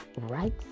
Right